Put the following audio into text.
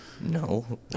No